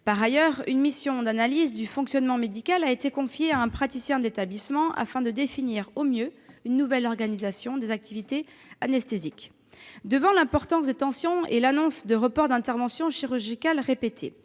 Par ailleurs, une mission d'analyse du fonctionnement médical a été confiée à un praticien de l'établissement, afin de définir au mieux une nouvelle organisation des activités anesthésiques. Devant l'importance des tensions et la répétition d'annonces de reports d'interventions chirurgicales,